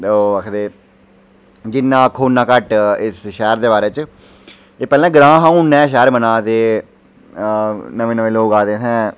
ओह् आखदे जिन्ना आक्खो उन्ना घट्ट ऐ इस शहर दे बारे च एह् पैहला ग्रां हा हुन जेहा ऐ शहर बना ते नमें नमें लोक आए दे इत्थै